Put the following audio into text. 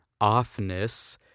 offness